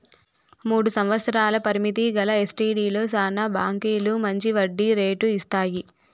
మూడు సంవత్సరాల పరిమితి గల ఎస్టీడీలో శానా బాంకీలు మంచి వడ్డీ రేటు ఇస్తాయి